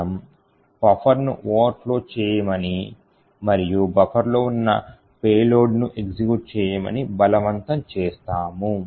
మనము bufferను ఓవర్ఫ్లో చేయమని మరియు bufferలో ఉన్న పేలోడ్ను ఎగ్జిక్యూట్ చేయమని బలవంతం చేస్తాము